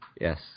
Yes